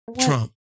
Trump